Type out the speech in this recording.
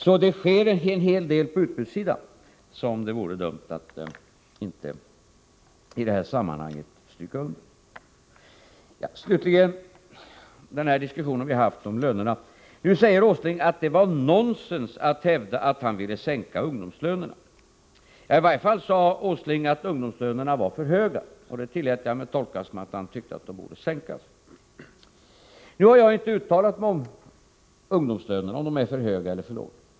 Så det sker en hel del på utbudssidan, som det vore dumt att inte understryka i det här sammanhanget. Slutligen beträffande diskussionen om lönerna. Åsling säger att det var nonsens att hävda att han ville sänka ungdomslönerna. I varje fall sade Åsling att ungdomslönerna var för höga. Det tillät jag mig tolka som att Åsling tyckte att de borde sänkas. Nu har jag inte uttalat mig om huruvida ungdomslönerna är för höga eller för låga.